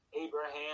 Abraham